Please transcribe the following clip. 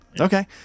Okay